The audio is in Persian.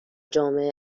جامعه